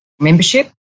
membership